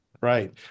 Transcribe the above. right